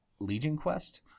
LegionQuest